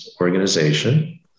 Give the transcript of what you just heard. organization